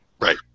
Right